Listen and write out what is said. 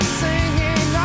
singing